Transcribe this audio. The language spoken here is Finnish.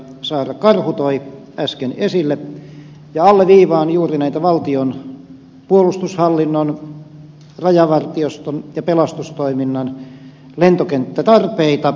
saara karhu toi äsken esille ja alleviivaan juuri näitä valtion puolustushallinnon rajavartioston ja pelastustoiminnan lentokenttätarpeita